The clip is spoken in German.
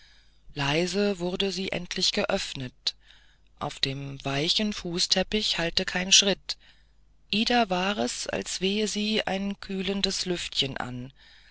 leise wurde sie endlich geöffnet auf dem weichen fußteppich hallte kein schritt ida war es als wehe sie ein kühlendes lüftchen an